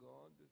God